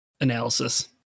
Analysis